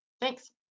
thanks